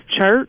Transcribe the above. church